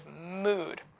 mood